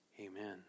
Amen